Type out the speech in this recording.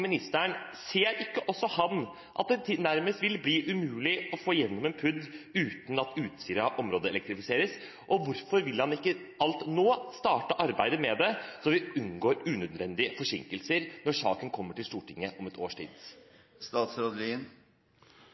ministeren er: Ser ikke også han at det nærmest vil bli umulig å få gjennom en PUD uten at Utsira-området elektrifiseres? Og hvorfor vil han ikke alt nå starte arbeidet med det, så vi unngår unødvendige forsinkelser når saken kommer til Stortinget om et års